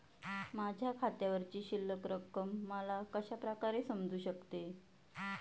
माझ्या खात्यावरची शिल्लक रक्कम मला कशा प्रकारे समजू शकते?